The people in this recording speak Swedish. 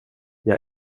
jag